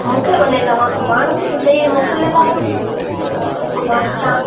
मूंखे भले तव्हां सुभाणे मूं ॾेई मोकिले लाहियो पोइ मां ॾिसां